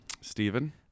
Stephen